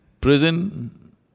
prison